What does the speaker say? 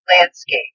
landscape